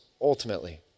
ultimately